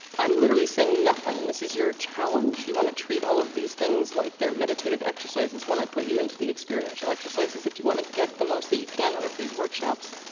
i'm literally saying nothing. and this is your challenge. you wanna treat all of these things like they're meditative exercises when i put you into the experiential exercises, if you wanna get the most that you can out of these workshops,